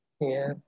Yes